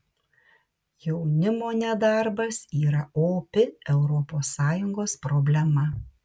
jaunimo nedarbas yra opi europos sąjungos problema